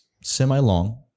Semi-long